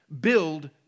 build